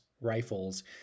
rifles